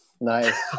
Nice